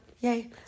Yay